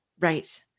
Right